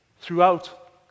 throughout